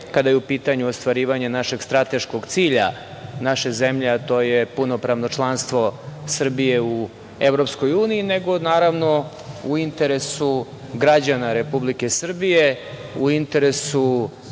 kada je u pitanju ostvarivanje strateškog cilja naše zemlje, a to je punopravno članstvo Srbije u Evropskoj uniji, nego u interesu građana Republike Srbije, u interesu